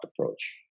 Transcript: approach